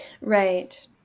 Right